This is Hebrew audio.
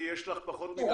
כי יש לך פחות מדקה.